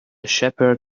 shepherd